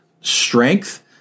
strength